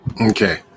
okay